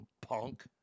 punk